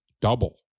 Double